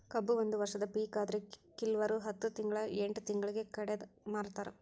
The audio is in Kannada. ಕಬ್ಬು ಒಂದ ವರ್ಷದ ಪಿಕ ಆದ್ರೆ ಕಿಲ್ವರು ಹತ್ತ ತಿಂಗ್ಳಾ ಎಂಟ್ ತಿಂಗ್ಳಿಗೆ ಕಡದ ಮಾರ್ತಾರ್